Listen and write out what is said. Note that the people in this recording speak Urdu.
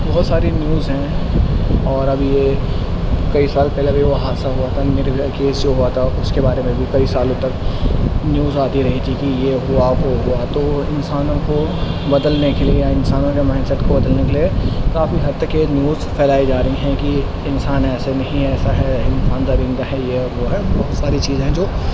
بہت ساری نیوز ہیں اور اب یہ کئی سال پہلے ابھی وہ حادثہ ہوا تھا نربھیا کیس جو ہوا تھا اس کے بارے میں بھی کئی سالوں تک نیوز آتی رہی تھی کہ یہ ہوا وہ ہوا تو انسانوں کو بدلنے کے لیے یا انسانوں کے مائنڈسیٹ کو بدلنے کے لیے کافی حد تک یہ نیوز پھیلائی جا رہی ہیں کہ انسان ایسے نہیں ایسا ہے انسان درندہ ہے یہ ہے وہ ہے بہت ساری چیزیں ہیں جو